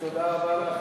תודה רבה לך,